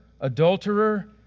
adulterer